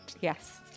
Yes